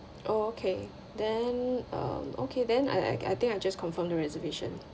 oh okay then um okay then I I I think I just confirm the reservation